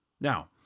Now